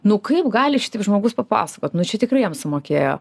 nu kaip gali šitaip žmogus papasakoti nu čia tikrai jam sumokėjo